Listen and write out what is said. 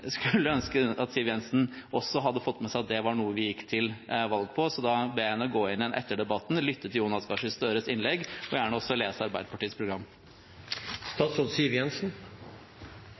skulle ønske at Siv Jensen hadde fått med seg at det er noe vi går til valg på. Så da ber jeg henne om – etter debatten – å lytte til Jonas Gahr Støres innlegg og gjerne også lese Arbeiderpartiets